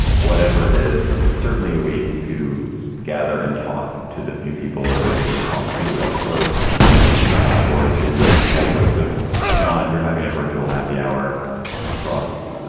whatever it is. it's certainly a week to gather and talk to the few people that we're able to talk to up close or to skype with. so john, if you're having a virtual happy hour across